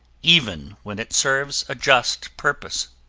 even when it serves a just purpose.